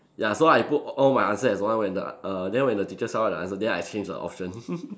ya so I put all my answer as one when the err then when the teacher saw the answer then I change the option